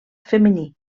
femení